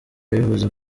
yabivuze